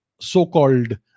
so-called